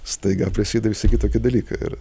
staiga prasideda visokie tokie dalykai ir